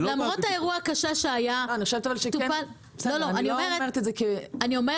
למרות האירוע הקשה שהיה -- אני לא מקבלת את זה כביקורת,